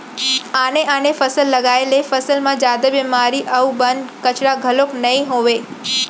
आने आने फसल लगाए ले फसल म जादा बेमारी अउ बन, कचरा घलोक नइ होवय